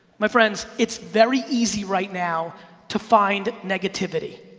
my friends, it's very easy right now to find negativity.